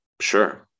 Sure